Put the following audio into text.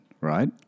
right